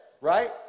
right